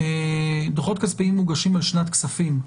דוחות כספיים מוגשים על שנת כספים.